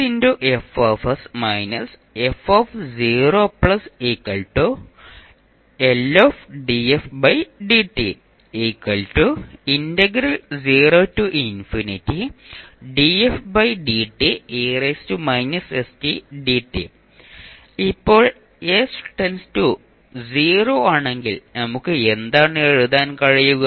ഇപ്പോൾ s → 0 ആണെങ്കിൽ നമുക്ക് എന്താണ് എഴുതാൻ കഴിയുക